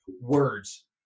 words